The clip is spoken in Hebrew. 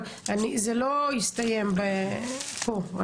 אבל זה לא יסתיים פה,